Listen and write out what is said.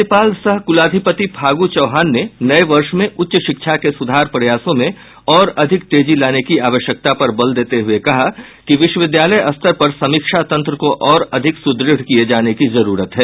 राज्यपाल सह कुलाधिपति फागू चौहान ने नये वर्ष में उच्च शिक्षा के सुधार प्रयासों में और अधिक तेजी लाने की आवश्यकता पर बल देते हुए कहा कि विश्वविद्यालय स्तर पर समीक्षा तंत्र को और अधिक सुद्रढ़ किये जाने की जरूरत है